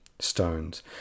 stones